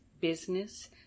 business